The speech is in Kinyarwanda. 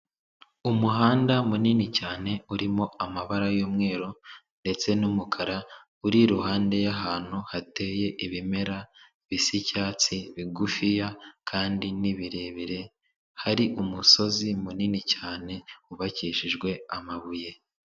Umuhanda munini cyane urimo amabara y'umweru ndetse n'umukara, uri iruhande y'ahantu hateye ibimera bisa icyatsi bigufiya kandi ni birebire, hari umusozi munini cyane wubakishijwe amabuye.